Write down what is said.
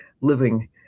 living